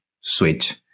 switch